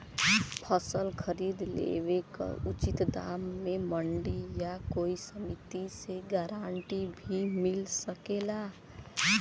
फसल खरीद लेवे क उचित दाम में मंडी या कोई समिति से गारंटी भी मिल सकेला?